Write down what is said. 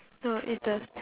no it's the